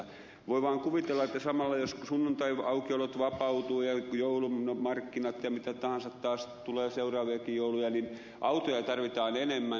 voi vaan kuvitella että samalla jos sunnuntaiaukiolot vapautuvat ja joulumarkkinat ja mitä tahansa taas tulee seuraaviakin jouluja niin autoja tarvitaan enemmän